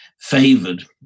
favored